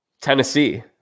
Tennessee